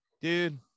Dude